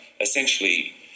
essentially